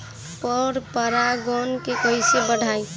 पर परा गण के कईसे बढ़ाई?